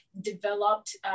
developed